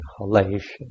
inhalation